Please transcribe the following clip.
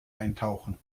eintauchen